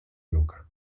loca